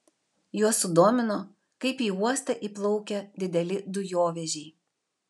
juos sudomino kaip į uostą įplaukia dideli dujovežiai